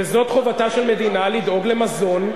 וזו חובתה של מדינה, לדאוג למזון לאזרחיה.